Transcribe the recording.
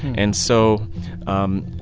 and so um